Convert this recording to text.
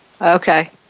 okay